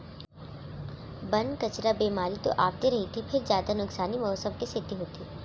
बन, कचरा, बेमारी तो आवते रहिथे फेर जादा नुकसानी मउसम के सेती होथे